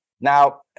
Now